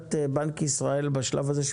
עמדת בנק ישראל בשלב הזה,